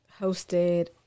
hosted